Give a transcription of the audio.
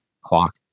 Clock